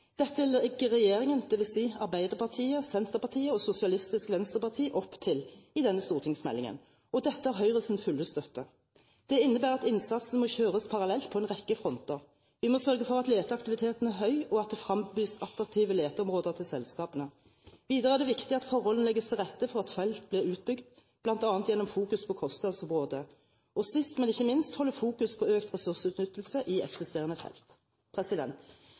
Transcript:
Dette legger regjeringen, dvs. Arbeiderpartiet, Senterpartiet og Sosialistisk Venstreparti, opp til i denne stortingsmeldingen, og dette har Høyres fulle støtte. Det innebærer at innsatsen må kjøres parallelt på en rekke fronter: Vi må sørge for at leteaktiviteten er høy, og at det frembys attraktive leteområder til selskapene. Videre er det viktig at forholdene legges til rette for at felt blir utbygd, bl.a. gjennom fokus på kostnadsområdet, og sist, men ikke minst at vi holder fokus på økt ressursutnyttelse i eksisterende felt.